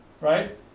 right